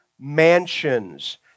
mansions